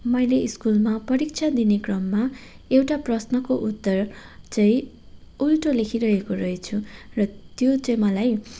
मैले स्कुलमा परीक्षा दिने क्रममा एउटा प्रश्नको उत्तर चाहिँ उल्टो लेखिरहेको रहेछु र त्यो चाहिँ मलाई